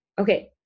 Okay